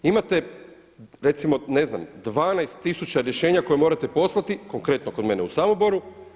Imate, recimo ne znam, 12 tisuća rješenja koja morate poslati konkretno kod mene u Samoboru.